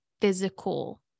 physical